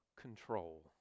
control